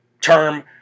term